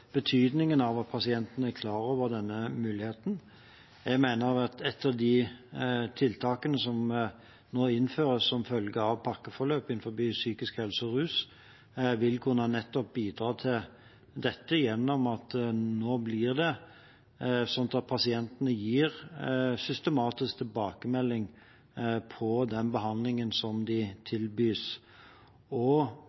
betydningen av at pasientene er klar over denne muligheten. Jeg mener at et av tiltakene som nå innføres som følge av pakkeforløp innen psykisk helse og rus, nettopp vil kunne bidra til dette gjennom at det nå blir sånn at pasientene gir systematisk tilbakemelding på den behandlingen de